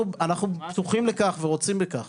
אנחנו פתוחים לכך ורוצים בכך,